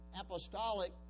apostolic